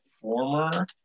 former